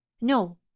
no